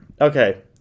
Okay